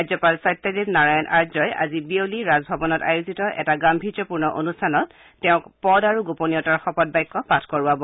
ৰাজ্যপাল সত্যদেৱ নাৰায়ণ আৰ্যই আজি বিয়লি ৰাজভাৱনত আয়োজিত এটা গাভীৰ্যপূৰ্ণ অনুষ্ঠানত তেওঁক পদ আৰু গোপনীয়াতাৰ শপত বাক্য পাঠ কৰোৱাব